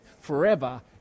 forever